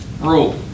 rule